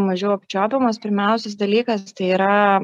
mažiau apčiuopiamos pirmiausias dalykas tai yra